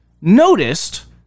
noticed